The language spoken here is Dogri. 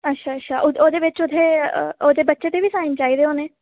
अच्छा अच्छा ओहदे बिच्च उत्थें ओहदे बच्चे दे बी साइन चाहिदे होने